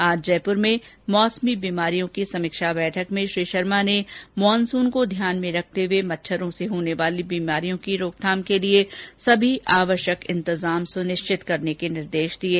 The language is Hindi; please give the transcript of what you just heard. आज जयपुर में मौसमी बीमारियों की समीक्षा बैठक में श्री शर्मा ने मानसून को ध्यान में रखते हुए मच्छरों से होने वाली बीमारियों की रोकथाम के लिये सभी आवश्यक इंतजाम सुनिश्चित करने के निर्देश दिये